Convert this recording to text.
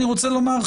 אני רוצה לומר,